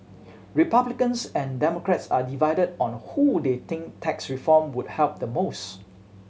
Republicans and Democrats are divided on who they think tax reform would help the most